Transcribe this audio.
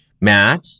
matt